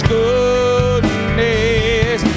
goodness